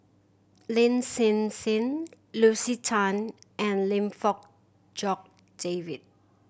Lin Hsin Hsin Lucy Tan and Lim Fong Jock David